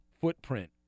footprint